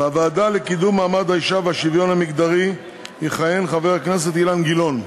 בוועדה לקידום מעמד האישה והשוויון המגדרי יכהן חבר הכנסת אילן גילאון,